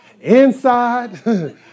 Inside